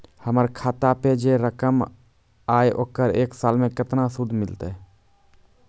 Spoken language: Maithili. हमर खाता पे जे रकम या ओकर एक साल मे केतना सूद मिलत?